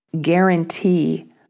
guarantee